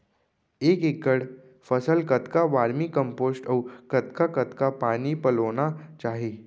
एक एकड़ फसल कतका वर्मीकम्पोस्ट अऊ कतका कतका पानी पलोना चाही?